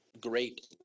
great